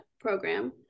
program